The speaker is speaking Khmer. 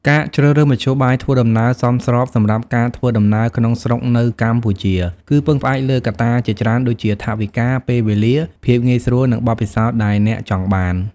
ការជ្រើសរើសមធ្យោបាយធ្វើដំណើរសមស្របសម្រាប់ការធ្វើដំណើរក្នុងស្រុកនៅកម្ពុជា គឺពឹងផ្អែកលើកត្តាជាច្រើន ដូចជាថវិកា ពេលវេលា ភាពងាយស្រួល និងបទពិសោធន៍ដែលអ្នកចង់បាន។